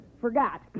forgot